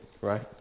right